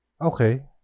Okay